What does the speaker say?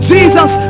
Jesus